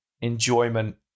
enjoyment